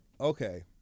Okay